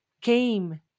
came